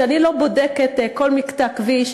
לא בודקת כל מקטע כביש,